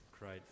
Great